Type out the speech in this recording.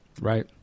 right